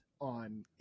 on